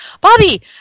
bobby